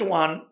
one